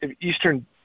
Eastern